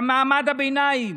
למעמד הביניים,